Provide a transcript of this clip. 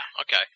Okay